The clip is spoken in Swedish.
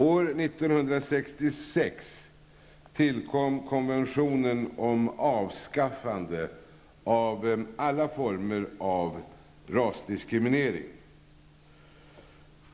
År 1966 tillkom konventionen om avskaffande av alla former av rasdiskriminering.